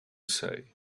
say